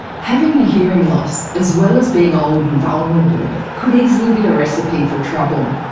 having a hearing loss, as well as being old and vulnerable, could easily be a recipe for trouble.